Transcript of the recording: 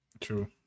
True